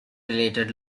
related